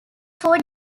four